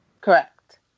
Correct